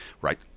right